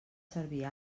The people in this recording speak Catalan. servir